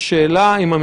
לשכת הפרסום